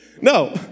No